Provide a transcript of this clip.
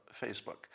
Facebook